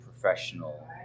professional